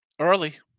early